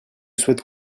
souhaite